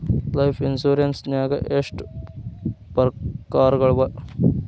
Life insurance ನ್ಯಾಗ ಎಷ್ಟ್ ಪ್ರಕಾರ್ಗಳವ?